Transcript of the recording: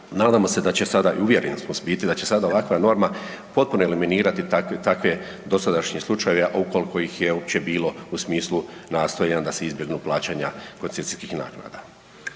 Nadamo se da će sada i uvjereni smo u biti, da se sada ovakva norma potpuno eliminirati takve dosadašnje slučajeve, a ukoliko ih je uopće bilo u smislu nastojanja da se izbjegnu plaćanja koncesijskih naknada.